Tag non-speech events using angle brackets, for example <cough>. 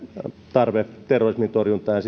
tarve terrorismin torjuntaan ja <unintelligible>